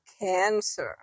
cancer